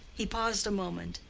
he paused a moment,